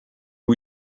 new